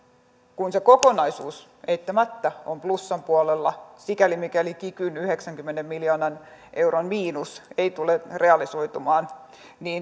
kun se kokonaisuus eittämättä on plussan puolella sikäli mikäli kikyn yhdeksänkymmenen miljoonan euron miinus ei tule realisoitumaan